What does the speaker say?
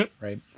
Right